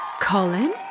Colin